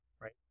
right